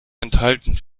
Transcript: enthalten